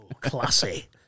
Classy